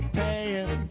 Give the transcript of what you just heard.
paying